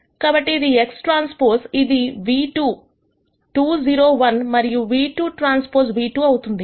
కాబట్టి ఇది XT ఇది v 2 2 0 1 మరియు v2Tv2 అవుతుంది